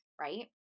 right